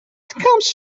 comes